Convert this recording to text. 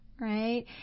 Right